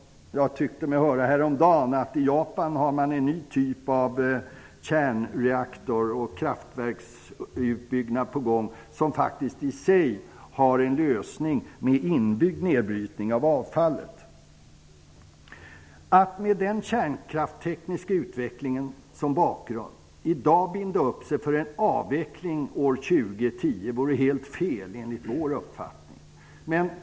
Jag tyckte mig häromdagen höra att man i Japan håller på att få fram en ny typ av kärnreaktorer och kraftverk som har en inbyggd nedbrytning av avfallet. Med denna kärnkraftstekniska utveckling som bakgrund vore det, enligt vår uppfattning, helt fel att i dag binda upp sig för en avveckling år 2010.